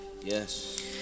Yes